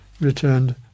returned